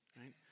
right